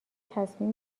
تصمیم